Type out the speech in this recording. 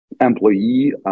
employee